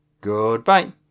Goodbye